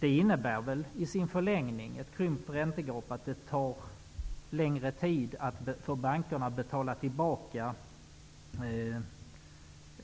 Ett krympt räntegap innebär i förlängningen att det tar längre tid för bankerna att betala tillbaka